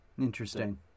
Interesting